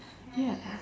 ya